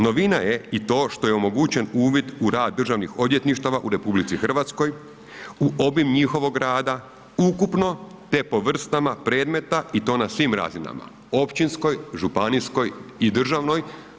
Novina je i to što je omogućen uvid u rad državnih odvjetništava u RH, u obim njihovog rada ukupno, te po vrstama predmeta i to na svim razinama, općinskoj, županijskoj i državnoj.